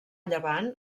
llevant